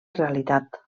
realitat